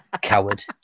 Coward